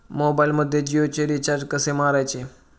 मोबाइलमध्ये जियोचे रिचार्ज कसे मारायचे?